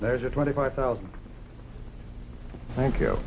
there's a twenty five thousand thank you